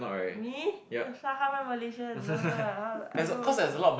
me the fuck how am I Malaysian no lah I I don't even look